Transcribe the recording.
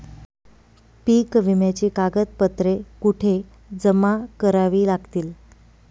पीक विम्याची कागदपत्रे कुठे जमा करावी लागतील?